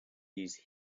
use